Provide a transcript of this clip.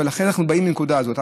ולכן אנחנו באים מהנקודה הזאת.